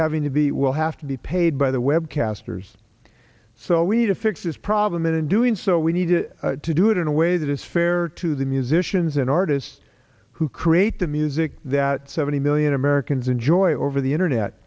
having to be will have to be paid by the web casters so we need to fix this problem in doing so we need to do it in a way that is fair to the musicians and artists who create the music that seventy million americans enjoy over the internet